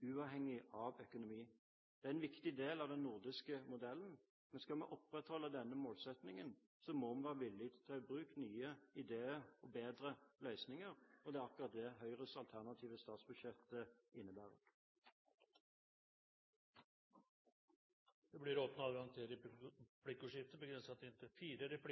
uavhengig av økonomi. Det er en viktig del av den nordiske modellen. Men skal vi opprettholde denne målsettingen, må vi være villige til å ta i bruk nye ideer og bedre løsninger, og det er akkurat det Høyres alternative statsbudsjett innebærer. Det blir replikkordskifte. Gjennom dagen og debatten har vi diskutert i